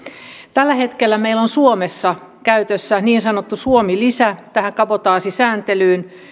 tällä hetkellä meillä on suomessa käytössä niin sanottu suomi lisä tähän kabotaasisääntelyyn